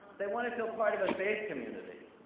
they wanna feel part of a faith community.